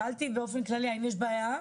שאלתי אם באופן כללי יש בעיה,